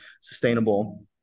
sustainable